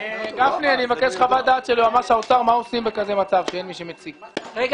סדר היום שינויים בתקציב לשנת 2018. יש רביזיה על ההלוואות לעובדי מדינה,